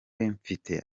mfite